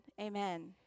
amen